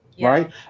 right